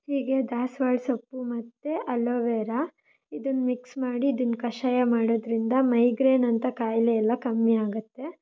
ಹೀಗೆ ದಾಸ್ವಾಳ ಸೊಪ್ಪು ಮತ್ತು ಅಲೋ ವೆರಾ ಇದನ್ನ ಮಿಕ್ಸ್ ಮಾಡಿ ಇದನ್ನ ಕಷಾಯ ಮಾಡೋದರಿಂದ ಮೈಗ್ರೇನಂಥ ಕಾಯಿಲೆಯೆಲ್ಲ ಕಮ್ಮಿಯಾಗುತ್ತೆ